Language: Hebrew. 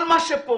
כל מה שפה,